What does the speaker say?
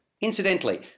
Incidentally